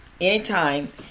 anytime